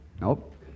Nope